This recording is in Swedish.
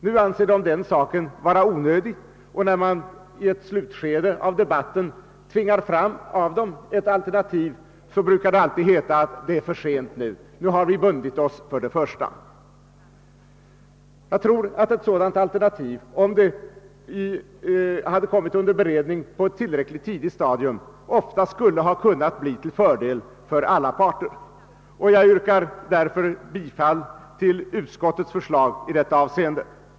Nu anser de detta onödigt, och när man i ett slutskede av debatten försöker tvinga fram ett alternetiv brukar det heta: Det är för sent nu, nu har vi redan bundit oss för det första förslaget. Jag tror att om ett sådant alternativ beretts på ett tillräckligt tidigt stadium hade det oftast kunnat bli till fördel för alla parter. Jag yrkar därför bifall till utskottets förslag i detta avseende.